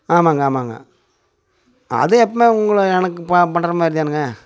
ஆமாங்க ஆமாங்க அது எப்பவுமே உங்களை எனக்கு ப பண்ணுற மாதிரி தானுங்க